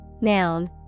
noun